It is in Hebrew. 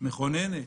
מכוננת